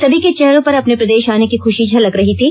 सभी के चेहरों पर अपने प्रदेश आने की खुशी झलक रही थी